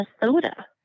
Minnesota